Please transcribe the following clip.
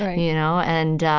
right you know and,